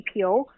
EPO